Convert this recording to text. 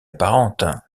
apparente